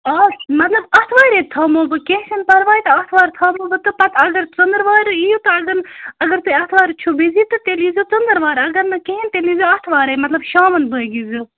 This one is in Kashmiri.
آ مطلب اَتوارے تھومَو بہٕ کیٚنٛہہ چھِنہٕ پرواے تہٕ اَتوار تھاوَو بہٕ تہٕ پَتہٕ اگر ژنٛدٕروار یِیِو تہٕ اگر اگر تُہۍ اَتوار چھُو بِزِی تہٕ تیٚلہِ ییزیٚو ژنٛدٕروار اگر نہٕ کِہیٖنۍ تیٚلہِ ییزیٚو اَتوارے مطلب شامَن بٲگۍ یِیزیٚو